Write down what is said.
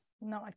no